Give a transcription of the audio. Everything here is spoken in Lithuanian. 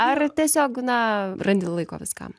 ar tiesiog na randi laiko viskam